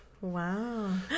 Wow